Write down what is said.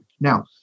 Now